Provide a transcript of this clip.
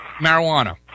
marijuana